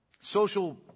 Social